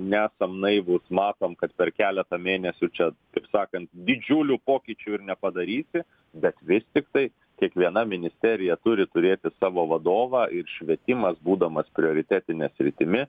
nesam naivūs matom kad per keletą mėnesių čia taip sakant didžiulių pokyčių ir nepadarysi bet vis tiktai kiekviena ministerija turi turėti savo vadovą ir švietimas būdamas prioritetine sritimi